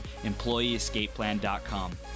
EmployeeEscapePlan.com